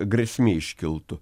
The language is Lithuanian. grėsmė iškiltų